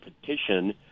petition